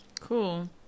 Cool